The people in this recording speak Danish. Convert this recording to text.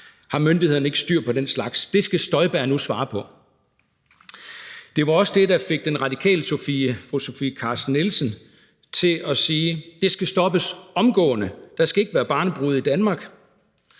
Har myndighederne ikke styr på den slags? Det skal Støjberg nu svare på!« Det var også det, der fik den radikale fru Sofie Carsten Nielsen til at sige: Det skal stoppes omgående. Der skal ikke være barnebrude i Danmark.